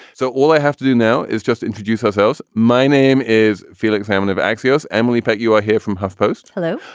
so all i have to do now is just introduce ourselves. my name is felix salmon of axios. emily peck, you are here from huffpost's. hello.